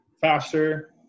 faster